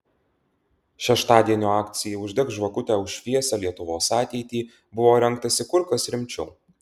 šeštadienio akcijai uždek žvakutę už šviesią lietuvos ateitį buvo rengtasi kur kas rimčiau